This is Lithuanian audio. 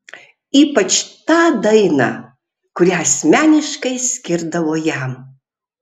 ypač tą dainą kurią asmeniškai skirdavo jam